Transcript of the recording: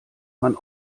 man